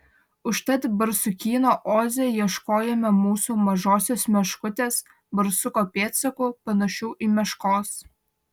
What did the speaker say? užtat barsukyno oze ieškojome mūsų mažosios meškutės barsuko pėdsakų panašių į meškos